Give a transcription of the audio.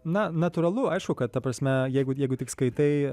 na natūralu aišku kad ta prasme jeigu jeigu tik skaitai